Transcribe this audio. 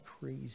crazy